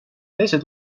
teised